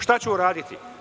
Šta ćemo uraditi?